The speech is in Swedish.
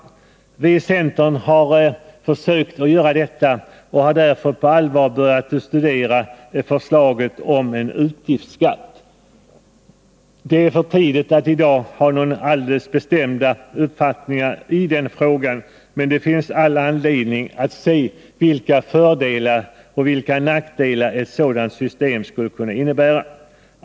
Vii centern blickar verkligen framåt, och vi har därför på allvar börjat studera förslaget om en utgiftsskatt. Det är för tidigt att i dag ha en alldeles bestämd uppfattning i den frågan, men det finns all anledning att se vilka fördelar och vilka nackdelar ett sådant system skulle kunna innebära.